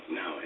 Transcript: no